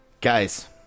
Guys